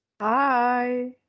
Hi